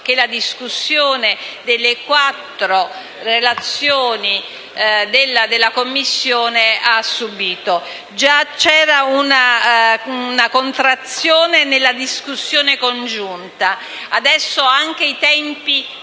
la discussione delle quattro relazioni della Commissione. Già c'era una contrazione nella discussione congiunta. Adesso i tempi